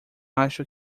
acho